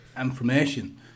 information